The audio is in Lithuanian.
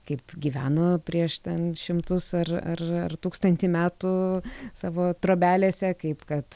kaip gyveno prieš ten šimtus ar ar ar tūkstantį metų savo trobelėse kaip kad